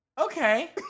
Okay